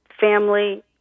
family